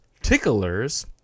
ticklers